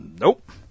Nope